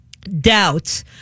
Doubts